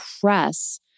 press